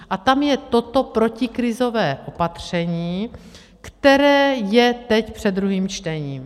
A tam je toto protikrizové opatření, které je teď před druhým čtením.